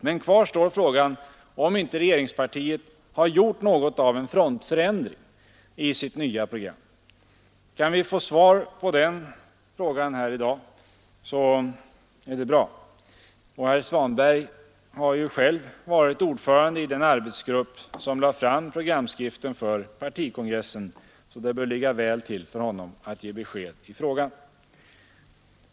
Men kvar står frågan om inte regeringspartiet har gjort något av en frontförändring i sitt nya program. Kan vi få svar på den frågan här i dag så är det bra. Herr Svanberg har ju själv varit ordförande i den arbetsgrupp som lade fram programskriften för partikongressen, så det bör ligga väl till för honom att ge besked i frågan.